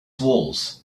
walls